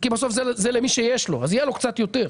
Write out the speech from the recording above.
כי בסוף זה למי שיש לו, אז יהיה לו קצת יותר.